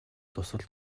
дусал